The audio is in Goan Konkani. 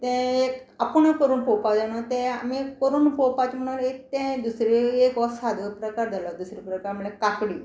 ते एक आपुणू करून पळोवपाक जाय न्हू ते आमी करून पळोवपाचें म्हणून एक तें दुसरें एक हो सादो प्रकार जालो दुसरे प्रकार म्हळ्यार काकडी